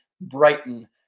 Brighton